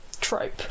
trope